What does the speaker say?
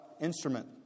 instrument